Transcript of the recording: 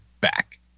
back